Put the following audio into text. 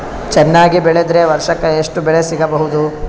ಚೆನ್ನಾಗಿ ಬೆಳೆದ್ರೆ ವರ್ಷಕ ಎಷ್ಟು ಬೆಳೆ ಸಿಗಬಹುದು?